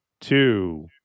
two